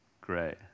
Great